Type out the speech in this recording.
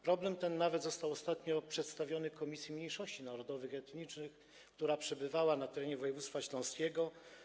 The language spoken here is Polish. Problem ten nawet został ostatnio przedstawiony Komisji Mniejszości Narodowych i Etnicznych, która przebywała na terenie woj. śląskiego.